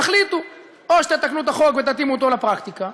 תחליטו: או שתתקנו את החוק ותתאימו אותו לפרקטיקה,